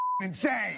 insane